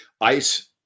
ice –